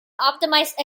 optimized